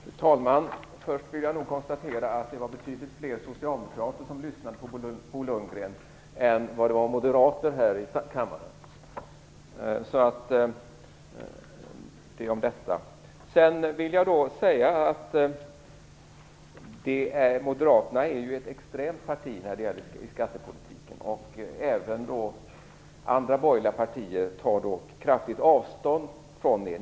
Fru talman! Först vill jag konstatera att det var betydligt fler socialdemokrater som lyssnade på Bo Lundgren än moderater här i kammaren. Moderaterna är ett extremt parti när det gäller skattepolitik. Även andra borgerliga partier tar kraftigt avstånd från er.